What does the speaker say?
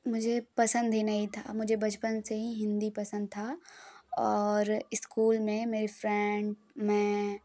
मुझे पसंद ही नहीं था मुझे बचपन से ही हिंदी पसंद था और स्कूल में मेरी फ्रेंड मैं